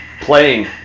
playing